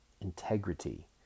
integrity